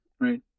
right